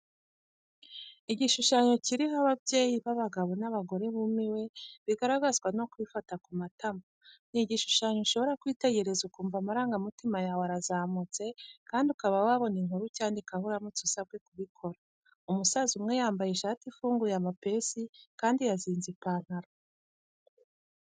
Igishushanyo kiriho ababyeyi b'abagabo n'abagore bumiwe, bigaragazwa no kwifata ku matama. N i igishushanyo ushobora kwitegereza ukumva amarangamutima yawe arazamutse kandi ukaba wabona inkuru ucyandikaho uramutse usabwe kubikora. Umusaza umwe yambaye ishati ifunguye amapesi kandi yazinze ipantaro.